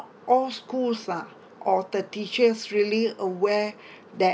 all schools lah or the teachers really aware that